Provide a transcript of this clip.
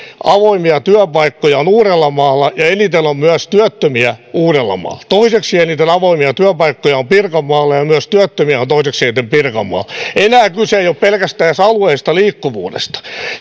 avoimia työpaikkoja on uudellamaalla ja eniten on myös työttömiä uudellamaalla toiseksi eniten avoimia työpaikkoja on pirkanmaalla ja ja myös työttömiä on toiseksi eniten pirkanmaalla enää kyse ei ole pelkästään edes alueellisesta liikkuvuudesta